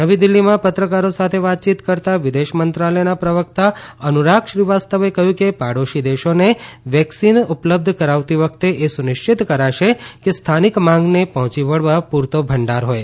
નવી દિલ્હીમાં પત્રકારો સાથે વાતચીત કરતા વિદેશ મંત્રાલયના પ્રવકતા અનુરાગ શ્રીવાસ્તવે કહયું કે પડોશી દેશોને વેકસીન ઉપલબ્ધ કરાવતી વખતે એ સુનિશ્ચિત કરાશે કે સ્થાનિક માંગને પહોંચી વળવા પુરતો ભંડાર હોય